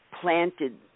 planted